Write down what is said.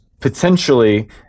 potentially